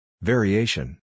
Variation